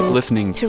listening